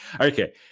Okay